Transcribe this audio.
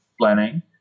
planning